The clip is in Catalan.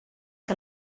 que